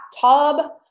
tub